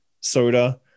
soda